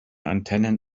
antennen